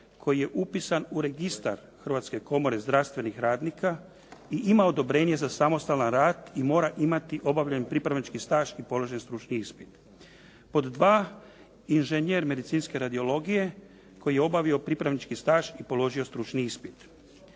koji je upisan u registar Hrvatska komore zdravstvenih radnika i ima odobrenje za samostalan rad i mora imati obavljen pripravnički staž i položen stručni ispit. Pod 2 inženjer medicinske radiologije koji je obavio pripravnički staž i položio stručni ispit.